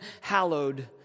hallowed